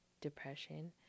depression